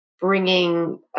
bringing